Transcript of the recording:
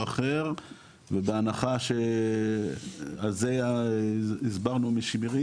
או אחר ובהנחה ש- במרכז לגביית